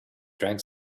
drank